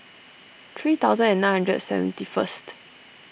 three thousand and nine hundred seventy first